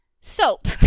soap